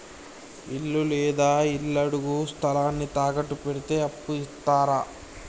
ఇల్లు లేదా ఇళ్లడుగు స్థలాన్ని తాకట్టు పెడితే అప్పు ఇత్తరా?